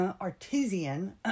artesian